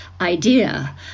idea